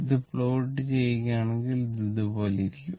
ഇത് പ്ലോട്ട് ചെയ്യുകയാണെങ്കിൽ ഇത് ഇതുപോലെ ആയിരിക്കും